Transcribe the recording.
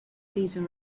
season